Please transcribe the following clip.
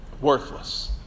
Worthless